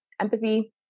empathy